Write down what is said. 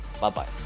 Bye-bye